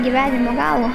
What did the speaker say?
gyvenimo galo